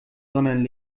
sondern